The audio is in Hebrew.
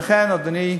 ולכן, אדוני,